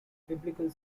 biblical